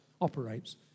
operates